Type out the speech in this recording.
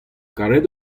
karet